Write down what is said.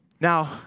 Now